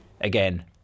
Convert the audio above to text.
again